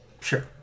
Sure